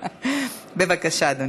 בבקשה, אדוני.